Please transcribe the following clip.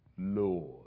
Lord